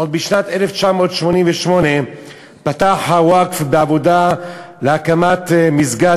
עוד בשנת 1988 פתח הווקף בעבודה להקמת מסגד